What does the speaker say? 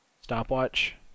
stopwatch